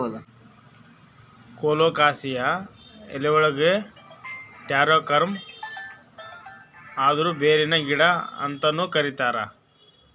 colocasia ಎಲಿಗೊಳಿಗ್ taro corm ಅಂದುರ್ ಬೇರಿನ ಗಿಡ ಅಂತನು ಕರಿತಾರ್